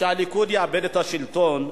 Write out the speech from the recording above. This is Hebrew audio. שהליכוד יאבד את השלטון.